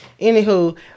Anywho